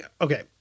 Okay